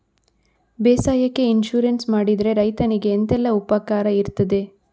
ಬೇಸಾಯಕ್ಕೆ ಇನ್ಸೂರೆನ್ಸ್ ಮಾಡಿದ್ರೆ ರೈತನಿಗೆ ಎಂತೆಲ್ಲ ಉಪಕಾರ ಇರ್ತದೆ?